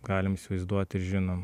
galim įsivaizduot ir žinom